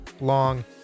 long